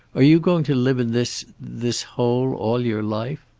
are you going to live in this this hole all your life?